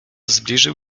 zbliżył